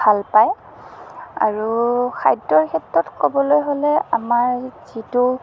ভাল পায় আৰু খাদ্যৰ ক্ষেত্ৰত ক'বলৈ হ'লে আমাৰ যিটো